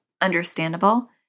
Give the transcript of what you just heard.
understandable